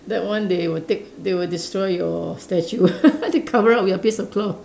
that one they will take they will destroy your statue they cover up with a piece of cloth